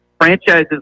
franchises